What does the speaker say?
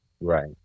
Right